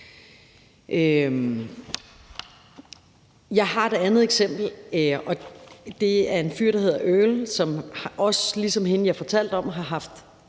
Jeg har et andet eksempel, og det er en fyr, der hedder Earl, der ligesom hende, jeg fortalte om, har haft